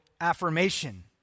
affirmation